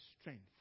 strength